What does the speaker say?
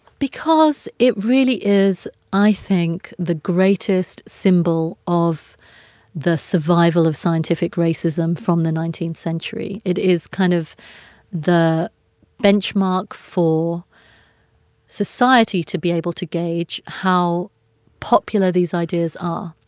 because it really is, i think, the greatest symbol of the survival of scientific racism from the nineteenth century. it is kind of the benchmark for society to be able to gauge how popular these ideas are.